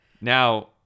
Now